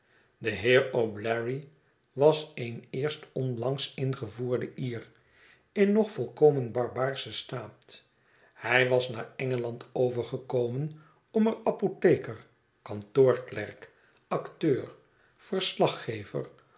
de heer o'bleary was een eerst onlangs ingevoerde ier in nog volkomen barbaarschen staat hij was naar engeland overgekomen om er apotheker kantoorklerk acteur verslaggever